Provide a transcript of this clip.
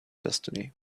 destiny